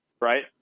right